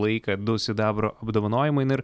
laiką du sidabro apdovanojimai na ir